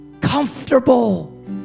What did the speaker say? comfortable